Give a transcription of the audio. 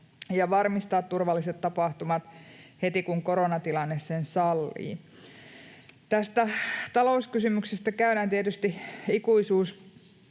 ja varmistaa turvalliset tapahtumat heti, kun koronatilanne sen sallii. Näistä talouskysymyksistä käydään tietysti